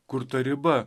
kur ta riba